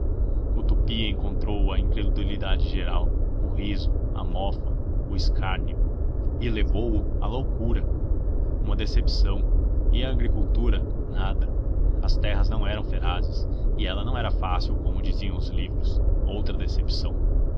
o tupi encontrou a incredulidade geral o riso a mofa o escárnio e levou-o à loucura uma decepção e a agricultura nada as terras não eram ferazes e ela não era fácil como diziam os livros outra decepção